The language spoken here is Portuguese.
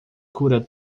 cura